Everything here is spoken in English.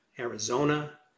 Arizona